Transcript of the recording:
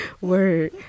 Word